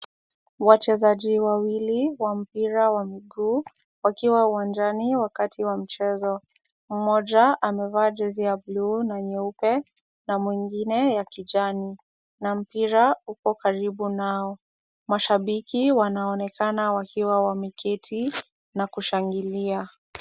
Wachezaji wawili wa mpira wa miguu wakiwa uwanjani wakati wa mchezo. Mmoja amevaa jezi ya buluu na nyeupe na mwingine ya kijani na mpira uko karibu nao. Mashabiki wanaonekana wakiwa wameketi na kushangilia.